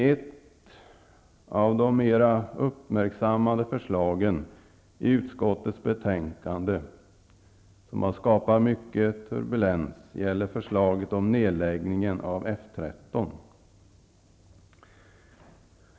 Ett av de mera uppmärksammade förslagen i utskottets betänkande, ett förslag som har skapat mycket turbulens, gäller nedläggning av F 13.